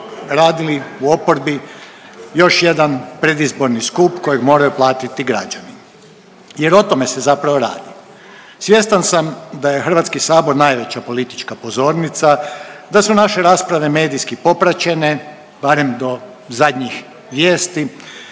radili u oporbi još jedan predizborni skup kojeg moraju platiti građani jer o tome se zapravo radi. Svjestan sam da je HS najveća politička pozornica, da su naše rasprave medijski popraćene barem do zadnjih vijesti